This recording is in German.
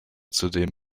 zudem